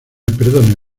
perdone